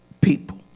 people